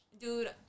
dude